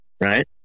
right